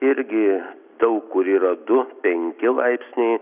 irgi daug kur yra du penki laipsniai